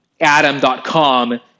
adam.com